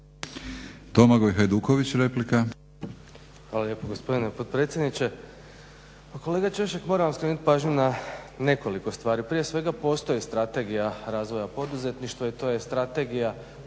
Domagoj Hajduković, replika.